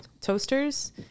toasters